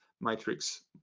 matrix